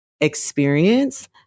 experience